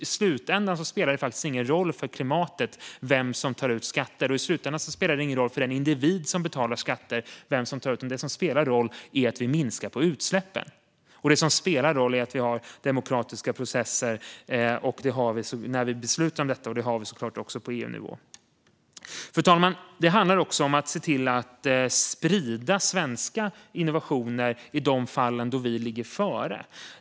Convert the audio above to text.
I slutändan spelar det ingen roll för klimatet vem som tar ut skatter, och i slutändan spelar det ingen roll för den individ som betalar skatter vem som tar ut dem. Det som spelar roll är att vi minskar utsläppen, och det som spelar roll är att vi har demokratiska processer. Det har vi när vi beslutar om detta, och det har vi såklart också på EU-nivå. Fru talman! Det handlar också om att se till att sprida svenska innovationer i de fall där vi ligger före.